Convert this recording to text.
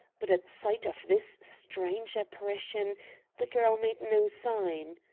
but at sight of this strange apparition the girl made no sign.